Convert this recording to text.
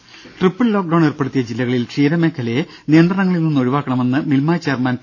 ദ്ദേ triple lockdown ഏർപ്പെടുത്തിയ ജില്ലകളിൽ ക്ഷീര മേഖലയെ നിയന്ത്രണങ്ങളിൽ നിന്ന് ഒഴിവാക്കണമെന്ന് മിൽമ ചെയർമാൻ പി